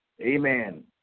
amen